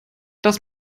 das